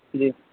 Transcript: जी